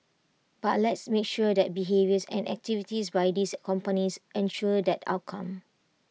but let's make sure that behaviours and activities by these companies ensure that outcome